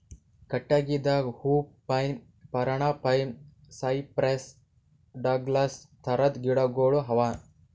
ಕಟ್ಟಗಿದಾಗ hoop pine, ಪರಣ pine, cypress, Douglas ಥರದ್ ಗಿಡಗೋಳು ಅವಾ